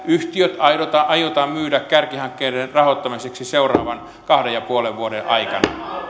yhtiöt aiotaan aiotaan myydä kärkihankkeiden rahoittamiseksi seuraavan kahden pilkku viiden vuoden aikana